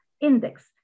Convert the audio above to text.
Index